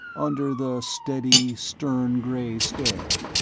under the steady, stern gray stare,